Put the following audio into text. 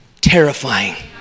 terrifying